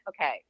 okay